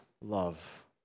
love